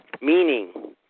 meaning